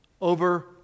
over